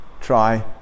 Try